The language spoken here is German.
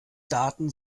daten